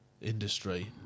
industry